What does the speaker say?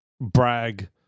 brag